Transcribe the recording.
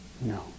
No